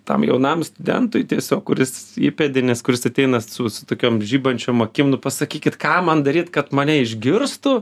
tam jaunam studentui tiesiog kuris įpėdinis kuris ateina su su tokiom žibančiom akim nu pasakykit ką man daryt kad mane išgirstų